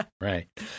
Right